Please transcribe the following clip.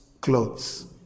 clothes